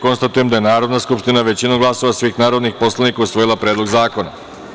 Konstatujem da je Narodna skupština, većinom glasova svih narodnih poslanika, usvojila Predlog zakona.